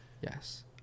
yes